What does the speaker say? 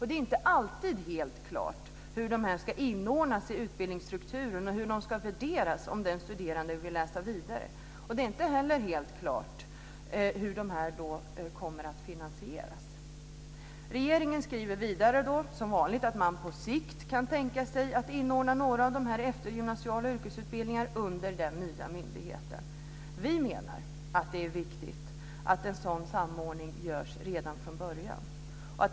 Det är inte alltid helt klart hur de ska inordnas i utbildningsstrukturen och hur de ska värderas om den studerande vill läsa vidare. Det är inte heller helt klart hur de kommer att finansieras. Regeringen skriver vidare, som vanligt, att man på sikt kan tänka sig att inordna några eftergymnasiala yrkesutbildningar under den nya myndigheten. Vi menar att det är viktigt att en sådan samordning görs redan från början.